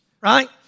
Right